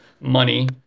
money